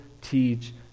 teach